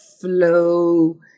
flow